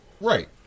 Right